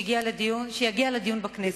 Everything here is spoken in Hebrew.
והוא יגיע לדיון בכנסת.